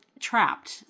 trapped